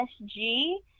SG